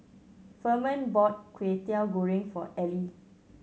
Furman bought Kwetiau Goreng for Ely